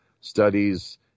studies